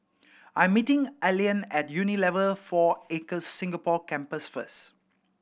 I am meeting Allean at Unilever Four Acres Singapore Campus first